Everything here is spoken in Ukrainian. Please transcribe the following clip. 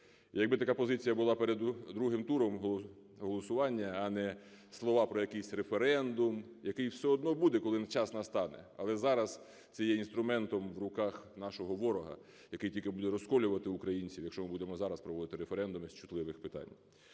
Якби така позиція була перед другим туром голосування, а не слова про якийсь референдум, який все одно буде, коли час настане, але зараз це є інструментом в руках нашого ворога, який тільки буде розколювати українців, якщо ми будемо зараз проводити референдуми з чутливих питань.